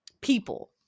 people